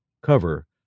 cover